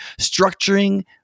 structuring